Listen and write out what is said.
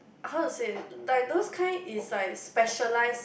how to say like those kind is like specialise